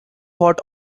what